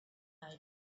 night